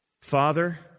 Father